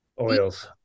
oils